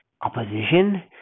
opposition